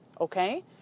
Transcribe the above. Okay